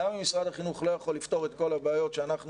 גם אם משרד החינוך לא יכול לפתור את כל הבעיות שאנחנו